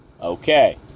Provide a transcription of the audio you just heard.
okay